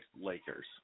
Lakers